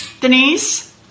Denise